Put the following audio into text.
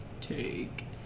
Take